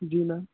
ਜੀ ਮੈਮ